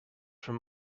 from